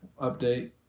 update